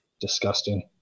disgusting